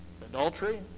adultery